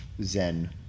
zen